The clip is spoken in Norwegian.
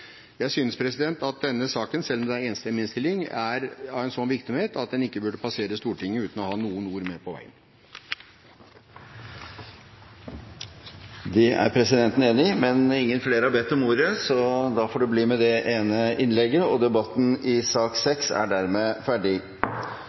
Jeg synes, president, at denne saken, selv om det er en enstemmig innstilling, er av slik viktighet at den ikke burde passere Stortinget uten noen ord med på veien. Det er presidenten enig i, men flere har ikke bedt om ordet til sak nr. 6, så det blir med det ene innlegget. Jeg synes denne saken er i